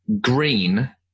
green